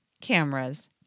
cameras